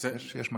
יש מקשיבים.